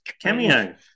Cameo